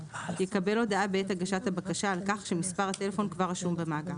יקבל הודעה בעת הגשת הבקשה על כך שמספר הטלפון כבר רשום במאגר,